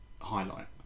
highlight